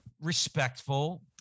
respectful